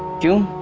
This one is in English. do